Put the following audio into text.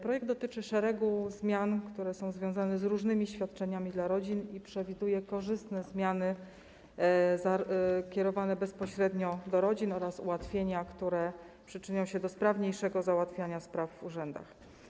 Projekt dotyczy szeregu zmian, które są związane z różnymi świadczeniami dla rodzin, i przewiduje korzystne zmiany kierowane bezpośrednio do rodzin oraz ułatwienia, które przyczynią się do sprawniejszego załatwiania spraw w urzędach.